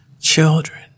children